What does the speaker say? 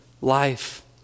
life